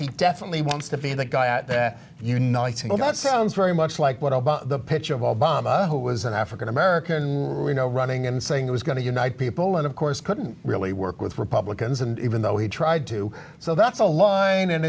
he definitely wants to be the guy at uniting all that sounds very much like what about the picture of obama who was an african american you know running and saying it was going to unite people and of course couldn't really work with republicans and even though he tried to so that's a line and